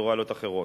פרוצדורליות אחרות.